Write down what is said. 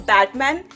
Batman